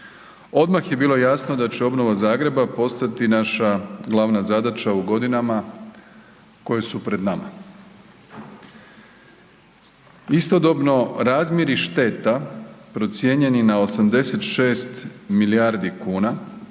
Odmah je bilo jasno da će obnova Zagreba postati naša glavna zadaća u godinama koje su pred nama. Istodobno razmjeri šteta procijenjeni na 86 milijardi kuna,